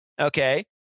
okay